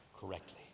correctly